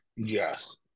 Yes